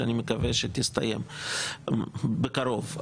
שאני מקווה שתסתיים בקרוב.